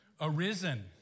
arisen